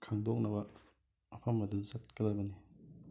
ꯈꯪꯗꯣꯛꯅꯕ ꯃꯐꯝ ꯑꯗꯨꯗ ꯆꯠꯀꯗꯕꯅꯤ